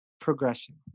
progression